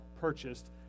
purchased